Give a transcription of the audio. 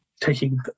taking